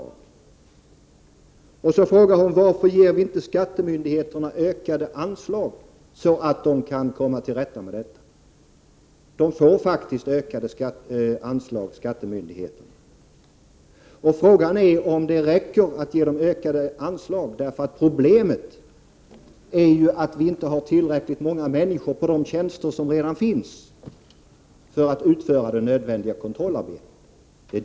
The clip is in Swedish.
Maggi Mikaelsson frågar också varför vi inte ger skattemyndigheterna ökade anslag så att de kan komma till rätta med detta. De får faktiskt ökade anslag, men frågan är om det räcker att ge dem det. Problemet är ju att vi inte har tillräckligt många människor på de tjänster som redan finns för att utföra 145 det nödvändiga kontrollarbetet.